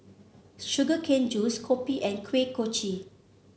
Sugar Cane Juice kopi and Kuih Kochi